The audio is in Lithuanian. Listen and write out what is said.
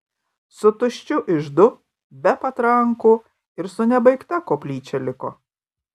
su tuščiu iždu be patrankų ir su nebaigta koplyčia liko